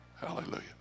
Hallelujah